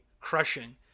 crushing